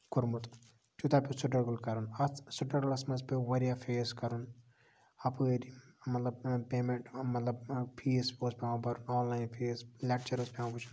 کوٚرمُت تیوٗتاہ پیوو سٔٹرَگل کَرُن اَتھ سٔٹرَگلَس منٛز پیوٚو واریاہ فیس کَرُن اَپٲری مطلب پیمینٹ مطلب فیٖس اوس پیوان بَرُن آن لاین فیٖس لیکچر اوس پیوان وٕچھُن